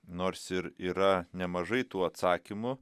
nors ir yra nemažai tų atsakymų